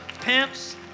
pimps